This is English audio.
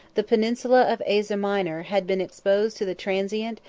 the peninsula of asia minor had been exposed to the transient,